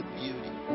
beauty